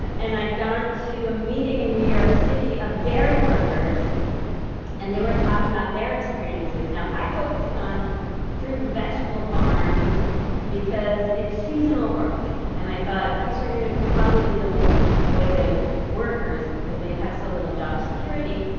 and and i'd gone to a meeting in new york city of dairy workers and they were talking about their experiences. now i focused on fruit and vegetable farms because it's seasonal work, and i thought, these are going to probably be the most exploited workers because they have so little job security.